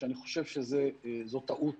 ואני חושב שזו טעות